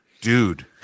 dude